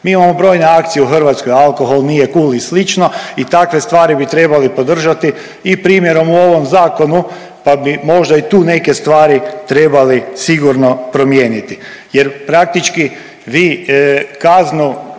Mi imamo brojne akcije u Hrvatskoj, alkohol nije cool i slično i takve stvari bi trebali podržati i primjerom u ovom Zakonu pa bi možda i tu neke stvari trebali sigurno promijeniti jer praktički vi kaznu